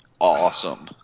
awesome